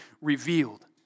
revealed